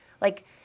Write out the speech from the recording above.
like-